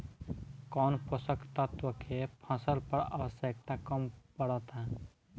कौन पोषक तत्व के फसल पर आवशयक्ता कम पड़ता?